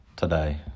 Today